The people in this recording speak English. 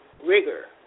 rigor